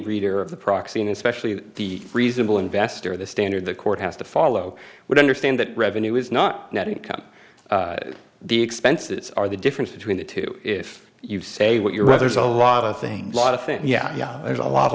reader of the proxy and especially the reasonable investor the standard the court has to follow would understand that revenue is not net income the expenses are the difference between the two if you say what you're right there's a lot of things a lot of things yeah yeah there's a lot a